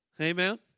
Amen